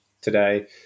today